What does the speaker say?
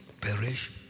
perish